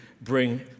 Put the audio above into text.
bring